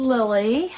Lily